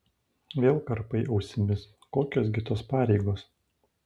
vėl karpai ausimis kokios gi tos pareigos